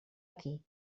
aquí